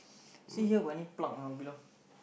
see here got any plug or not below